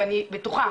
ואני בטוחה